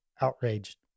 outraged